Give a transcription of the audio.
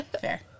Fair